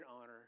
honor